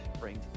bring